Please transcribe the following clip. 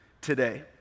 today